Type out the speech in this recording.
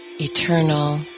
eternal